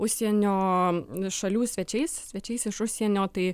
užsienio šalių svečiais svečiais iš užsienio tai